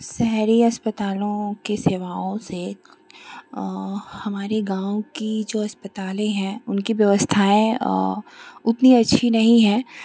शहरी अस्पतालों के सेवाओं से हमारे गाँव की जो अस्पताल हैं उनकी व्यवस्थाएँ उतनी अच्छी नहीं है